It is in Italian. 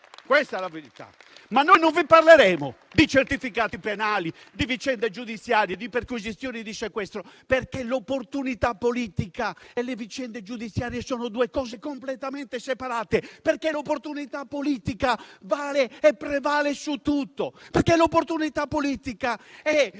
però non vi parleremo di certificati penali, di vicende giudiziarie, di perquisizioni e di sequestri, perché l'opportunità politica e le vicende giudiziarie sono due cose completamente separate. L'opportunità politica, infatti, vale e prevale su tutto, perché è il rispetto per